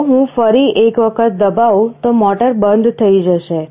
જો હું ફરી એક વખત દબાવું તો મોટર બંધ થઈ જશે